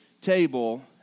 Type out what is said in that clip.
table